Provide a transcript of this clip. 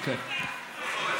אוקיי, מקובל.